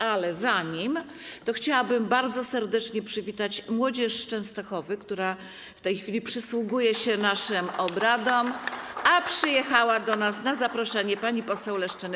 Ale zanim to nastąpi, chciałabym bardzo serdecznie przywitać młodzież z Częstochowy, która w tej chwili przysłuchuje się naszym obradom, a przyjechała do nas na zaproszenie pani poseł Leszczyny.